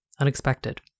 unexpected